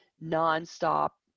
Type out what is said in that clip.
non-stop